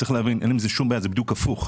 צריך להבין עם זה שום בעיה אלא בדיוק הפוך.